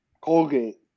Colgate